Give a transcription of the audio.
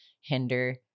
hinder